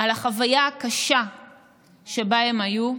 על ההוויה הקשה שבה הם היו,